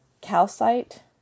calcite